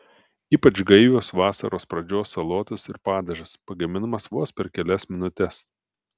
ypač gaivios vasaros pradžios salotos ir padažas pagaminamas vos per kelias minutes